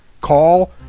call